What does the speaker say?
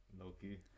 Loki